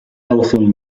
telephoned